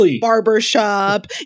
barbershop